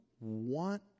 want